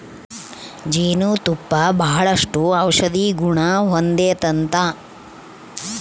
ಜೇನು ತುಪ್ಪ ಬಾಳಷ್ಟು ಔಷದಿಗುಣ ಹೊಂದತತೆ